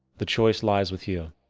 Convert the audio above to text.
the choice lies with you.